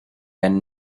and